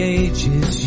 ages